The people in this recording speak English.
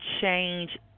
change